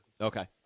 Okay